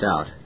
out